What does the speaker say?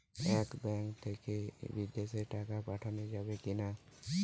এই ব্যাঙ্ক থেকে বিদেশে টাকা পাঠানো যাবে কিনা?